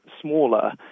smaller